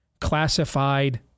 classified